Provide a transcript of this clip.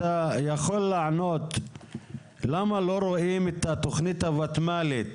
אתה יכול לענות למה לא רואים את התוכנית הותמ"לית